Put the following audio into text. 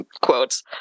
quotes